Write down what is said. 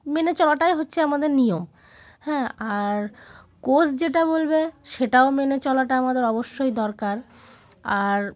মেনে চলাটাই হচ্ছে আমাদের নিয়ম হ্যাঁ আর কোচ যেটা বলবে সেটাও মেনে চলাটা আমাদের অবশ্যই দরকার আর